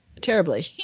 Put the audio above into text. terribly